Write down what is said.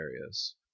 areas